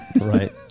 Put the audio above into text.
Right